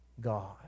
God